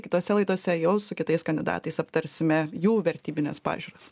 kitose laidose jau su kitais kandidatais aptarsime jų vertybines pažiūras